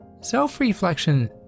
Self-reflection